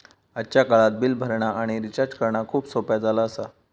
आजच्या काळात बिल भरणा आणि रिचार्ज करणा खूप सोप्प्या झाला आसा